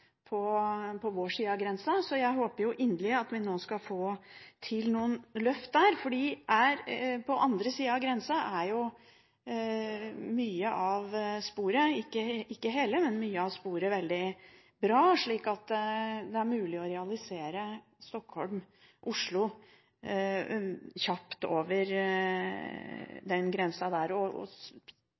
på vår side av grensen. Jeg håper inderlig at vi nå skal få til noen løft der, for på andre siden av grensen er mye av sporet – ikke hele – veldig bra, slik at det er mulig å realisere Stockholm–Oslo kjapt over grensen. Strekningen på norsk side er ikke avskrekkende lang. Det er mye av den banestrekningen som har veldig god kurvatur, og